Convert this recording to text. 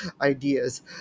ideas